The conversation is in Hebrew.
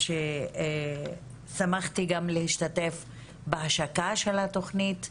שמחתי גם להשתתף בהשקה של התוכנית.